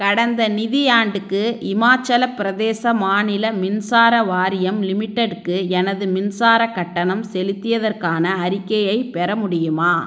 கடந்த நிதியாண்டுக்கு இமாச்சலப் பிரதேச மாநில மின்சார வாரியம் லிமிடெட்டுக்கு எனது மின்சாரக் கட்டணம் செலுத்தியதற்கான அறிக்கையைப் பெற முடியுமா